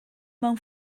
mewn